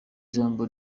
jambo